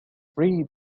freed